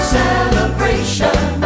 celebration